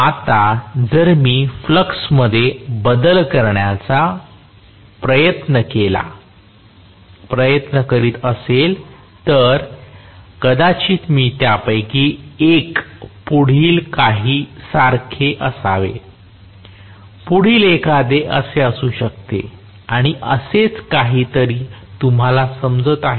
आता जर मी फ्लक्समध्ये बदल करण्याचा प्रयत्न करीत असेल तर कदाचित मी त्यापैकी एक पुढील काही सारखे असावे पुढील एखादे असे असू शकते आणि असेच काही तरी तुम्हाला समजत आहे का